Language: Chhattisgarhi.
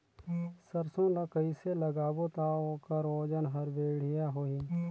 सरसो ला कइसे लगाबो ता ओकर ओजन हर बेडिया होही?